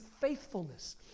faithfulness